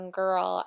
girl